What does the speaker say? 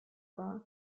war